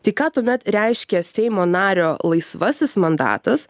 tai ką tuomet reiškia seimo nario laisvasis mandatas